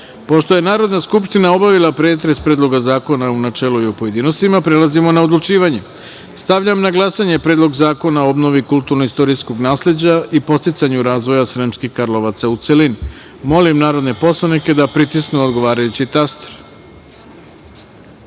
15.Pošto je Narodna skupština obavila pretres Predloga zakona u načelu i u pojedinostima, prelazimo na odlučivanje. Stavljam na glasanje Predlog zakona o obnovi kulturno-istorijskog nasleđa i podsticanju razvoja Sremskih Karlovaca, u celini. Molim narodne poslanike da pritisnu odgovarajući